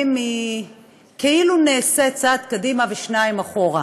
היא כאילו נעשית צעד קדימה ושניים אחורה.